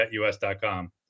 BetUS.com